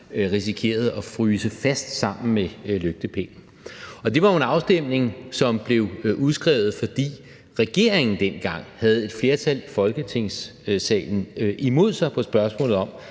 risikerede at fryse fast på lygtepælen. Det var jo en afstemning, som blev udskrevet, fordi regeringen dengang havde et flertal i Folketingssalen imod sig i spørgsmålet om,